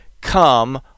come